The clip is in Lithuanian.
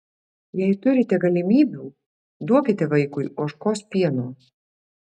jei turite galimybių duokite vaikui ožkos pieno